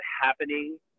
happening